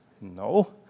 No